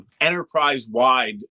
enterprise-wide